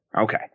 Okay